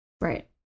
Right